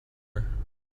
her